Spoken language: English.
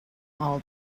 all